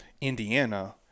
Indiana